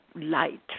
light